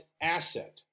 asset